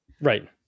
Right